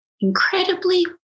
incredibly